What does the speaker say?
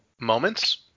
moments